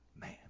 Man